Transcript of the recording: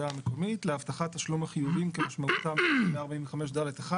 המקומית להבטחת תשלום החיובים כמשמעותם ב-45(ד)(1)".